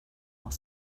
noch